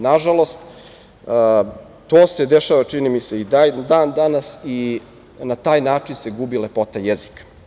Nažalost, to se dešava, čini mi se, i dan danas i na taj način se gubi lepota jezika.